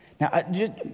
Now